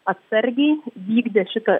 atsargiai vykdė šitą